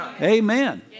Amen